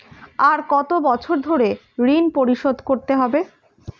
আর কত বছর ধরে ঋণ পরিশোধ করতে হবে?